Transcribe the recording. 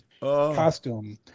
costume